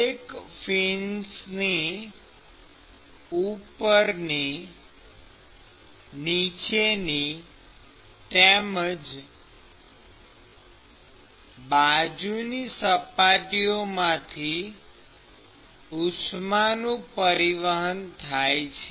દરેક ફિન્સની ઉપરની નીચેની તેમજ બાજુની સપાટીઓમાંથી ઉષ્માનું પરિવહન થાય છે